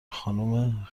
خانم